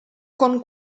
con